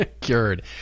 Cured